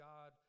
God